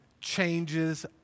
changes